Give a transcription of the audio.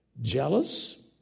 jealous